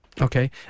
Okay